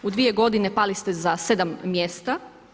U 2 g. pali ste za 7 mjesta.